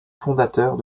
fondateurs